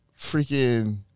freaking